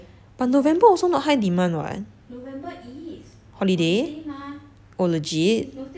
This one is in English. but november also not high demand [what] holiday oh legit